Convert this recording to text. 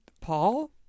Paul